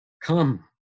Come